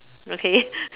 okay